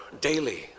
daily